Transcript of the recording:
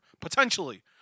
potentially